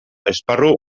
esparru